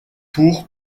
pour